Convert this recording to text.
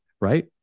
right